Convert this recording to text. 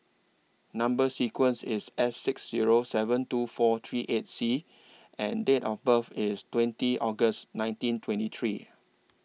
Number sequence IS S six Zero seven two four three eight C and Date of birth IS twenty August nineteen twenty three